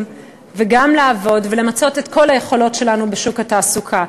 וגם לעבוד ולמצות את כל היכולות שלנו בשוק התעסוקה.